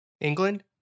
England